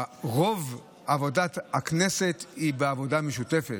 רוב עבודת הכנסת היא בעבודה משותפת.